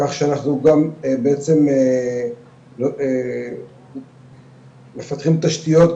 כך שאנחנו גם בעצם מפתחים תשתיות